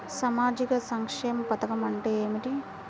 సామాజిక సంక్షేమ పథకం అంటే ఏమిటి?